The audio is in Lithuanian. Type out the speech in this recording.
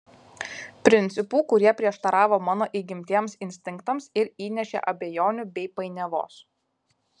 principų kurie prieštaravo mano įgimtiems instinktams ir įnešė abejonių bei painiavos